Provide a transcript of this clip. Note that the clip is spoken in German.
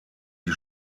die